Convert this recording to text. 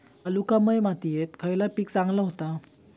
वालुकामय मातयेत खयला पीक चांगला होता?